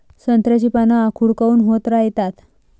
संत्र्याची पान आखूड काऊन होत रायतात?